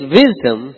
wisdom